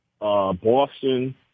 Boston